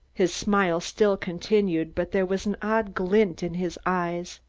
his smile still continued, but there was an odd glint in his eyes.